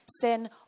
sin